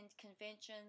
conventions